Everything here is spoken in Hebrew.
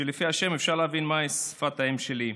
ולפי השם אפשר להבין מה היא שפת האם שלי.